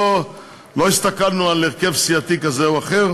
לא הסתכלנו על הרכב סיעתי כזה או אחר,